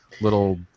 little